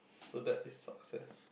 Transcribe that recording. so that is success